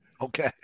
Okay